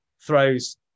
throws